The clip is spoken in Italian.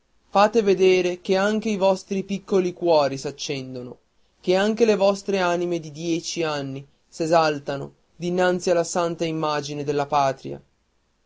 fate vedere che anche i vostri piccoli cuori s'accendono che anche le vostre anime di dieci anni s'esaltano dinanzi alla santa immagine della patria